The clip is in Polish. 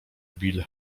bill